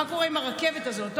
מה קורה עם הרכבת הזאת?